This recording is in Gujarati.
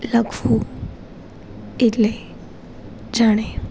લખવું એટલે જાણે